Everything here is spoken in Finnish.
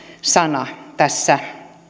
sana tässä